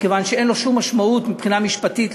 מכיוון שאין לו שום משמעות מבחינה משפטית.